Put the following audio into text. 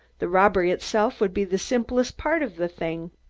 the robbery itself would be the simplest part of the thing.